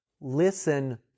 Listen